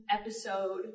episode